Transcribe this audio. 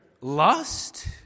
lust